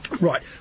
Right